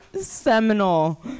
seminal